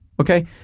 Okay